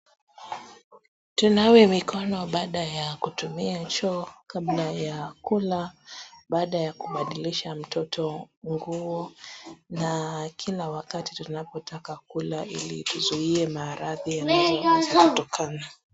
Tanawe mikono baada ya kutumia choo, kabla ya kula, baada ya kubadilisha mtoto nguo na kila wakati tunapotaka kula hili tuzuie maradhi yanayoweza kutokana.